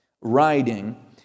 writing